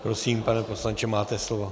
Prosím, pane poslanče, máte slovo.